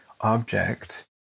object